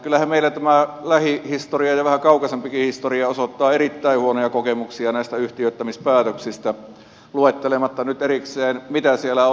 kyllähän meillä tämä lähihistoria ja vähän kaukaisempikin historia osoittaa erittäin huonoja kokemuksia näistä yhtiöittämispäätöksistä luettelematta nyt erikseen mitä siellä on